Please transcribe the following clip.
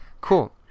cool